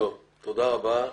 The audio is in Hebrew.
תודה רבה.